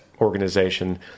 organization